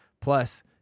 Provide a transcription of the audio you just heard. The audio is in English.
Plus